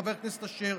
חבר כנסת אשר,